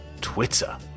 Twitter